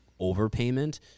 overpayment